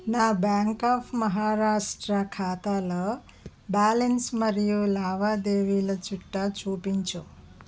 నా bank of Maharashtra ఖాతాలో balance మరియు లావాదేవీల చిట్టా చూపించు